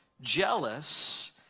jealous